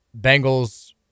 Bengals